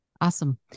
Awesome